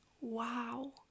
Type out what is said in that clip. wow